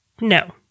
No